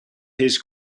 his